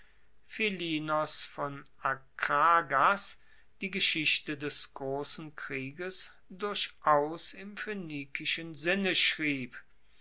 von akragas die geschichte des grossen krieges durchaus im phoenikischen sinne schrieb